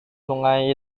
sungai